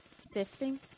sifting